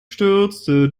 stürzte